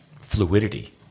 fluidity